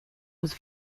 was